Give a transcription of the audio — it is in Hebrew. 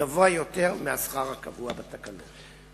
גבוה יותר מהשכר הקבוע בתקנות.